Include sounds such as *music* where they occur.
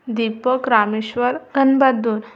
Deepak Rameshwar अं *unintelligible*